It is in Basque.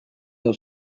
edo